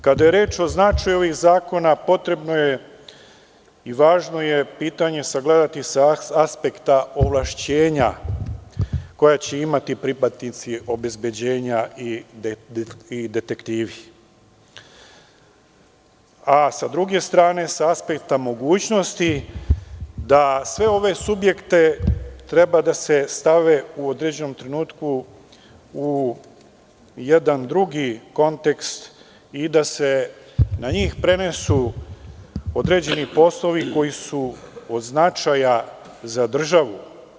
Kada je reč o značaju ovih zakona, potrebno je i važno je pitanje sagledati sa aspekata ovlašćenja koja će imati pripadnici obezbeđenja i detektivi, a sa druge strane, sa aspekta mogućnosti da svi ovi subjekti treba da se stave u određenom trenutku u jedan drugi kontekst i da se na njih prenesu određeni poslovi koji su od značaja za državu.